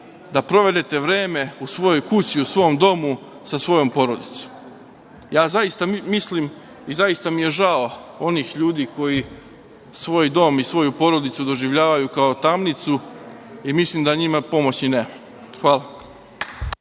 da provedete vreme u svojoj kući i u svom domu sa svojom porodicom. Ja zaista mislim i zaista mi je žao onih ljudi koji svoj dom i svoju porodicu doživljavaju kao tamnicu i mislim da njima pomoći nema. Hvala.